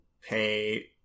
pay